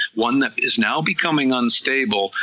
one that is now becoming unstable,